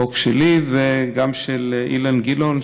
חוק שלי וגם של אילן גילאון,